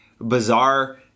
bizarre